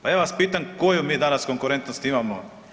Pa ja vas pitam koju mi danas konkurentnost imamo?